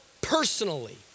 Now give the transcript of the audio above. personally